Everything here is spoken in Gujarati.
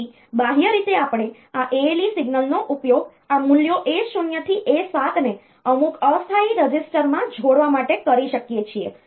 તેથી બાહ્ય રીતે આપણે આ ALE સિગ્નલનો ઉપયોગ આ મૂલ્યો A 0 થી A 7 ને અમુક અસ્થાયી રજિસ્ટરમાં જોડવા માટે કરી શકીએ છીએ